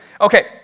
Okay